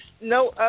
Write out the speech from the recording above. no